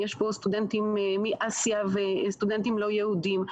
גם סטודנטים מאסיה ועוד סטודנטים לא יהודים.